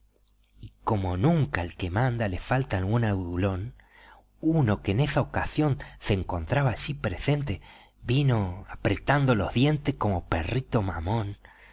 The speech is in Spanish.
como nunca al que manda le falta algún adulón uno que en esa ocasión se encontraba allí presente vino apretando los dientes como perrito mamón